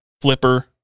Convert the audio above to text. flipper